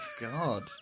God